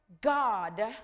God